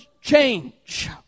change